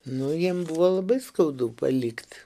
nu jiem buvo labai skaudu palikt